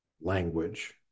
language